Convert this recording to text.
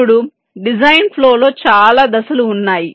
ఇప్పుడు ఈ design flow లో చాలా దశలు ఉన్నాయి